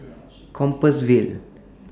Compassvale